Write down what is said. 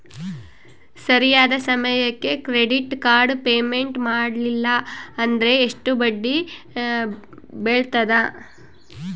ಸರಿಯಾದ ಸಮಯಕ್ಕೆ credit card payment ಮಾಡಲಿಲ್ಲ ಅಂದ್ರೆ ಎಷ್ಟು ಬಡ್ಡಿ ಬೇಳ್ತದ?